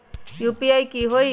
UPI की होई?